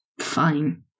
fine